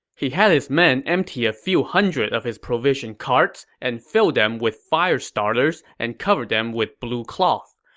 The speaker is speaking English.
he had his men empty a few hundred of his provisions carts and fill them with fire-starters and covered them with blue cloth.